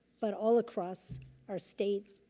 but all across our state,